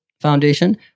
Foundation